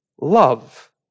Love